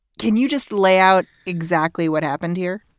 can you just lay out exactly what happened here?